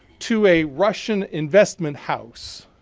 to a russian investment house.